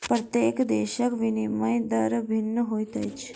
प्रत्येक देशक विनिमय दर भिन्न होइत अछि